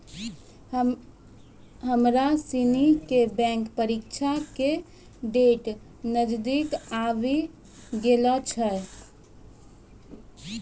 हमरा सनी के बैंक परीक्षा के डेट नजदीक आवी गेलो छै